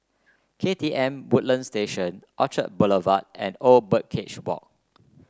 K T M Woodlands Station Orchard Boulevard and Old Birdcage Walk